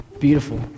Beautiful